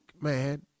man